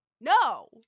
No